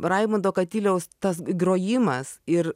raimundo katiliaus tas grojimas ir